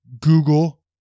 Google